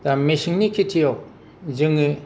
दा मेसेंनि खेथिआव जोङो